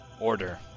order